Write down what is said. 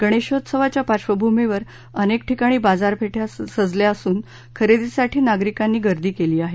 गणेशोत्सवाच्या पार्धभूमीवर अनेक ठिकाणी बाजारपेठा सजल्या असून खरेदीसाठी नागरिकांनी गर्दी केली आहे